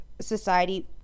society